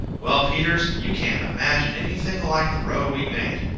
well, peters, you can't imagine anything like the row we made.